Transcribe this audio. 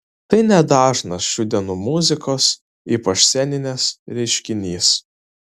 tai nedažnas šių dienų muzikos ypač sceninės reiškinys